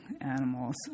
animals